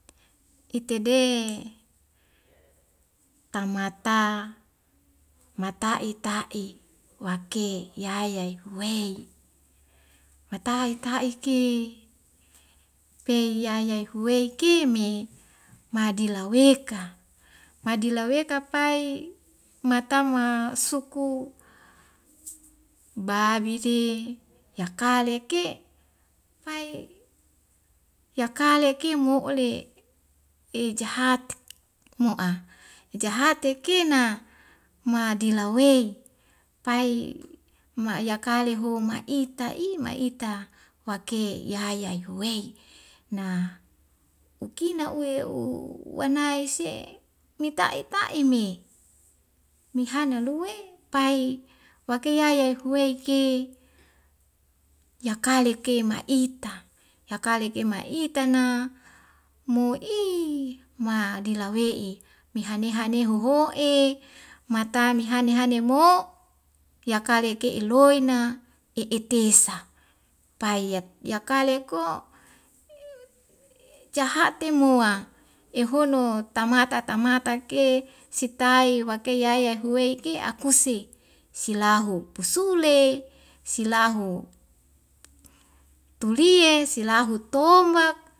Itede tamata mata'i ta'i wake yayai huwei mata ita iki pei yayai huwei kei me madila weka madila weka pai matauma suku babiri yakale ke' pai yakale ke mo'le e jahat mo'a jahatekena madila wei pai ma'yakale ho ma'ita i ma'ita wake yayai huwei na ukina uwei u wanai se mitai'i ta'i mi mihane lue pai wake yayai huwei ke yakale ke ma'ita yakale ke ma'ita na mo'i ma dila we'i mehaneha nehoho'e mata mihani hani mo yakale ke' eloina e'etesa pai ya yakale ko eot i cahate mua ehono tamata tamata ke sitai wake yayai huweike akuse silahu pusule silahu tulie silahu tombak